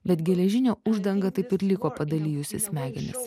bet geležinė uždanga taip ir liko padalijusi smegenis